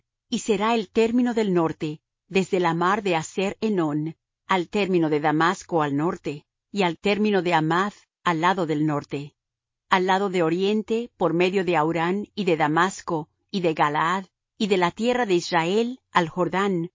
y será el término del norte desde la mar de haser enon al término de damasco al norte y al término de hamath al lado del norte al lado del oriente por medio de hauran y de damasco y de galaad y de la tierra de israel al jordán